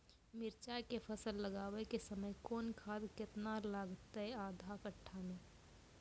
मिरचाय के फसल लगाबै के समय कौन खाद केतना लागतै आधा कट्ठा मे?